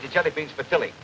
to jelly beans but philly